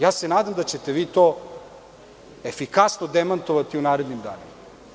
Nadam se da ćete vi to efikasno demantovati u narednim danima.